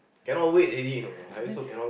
it's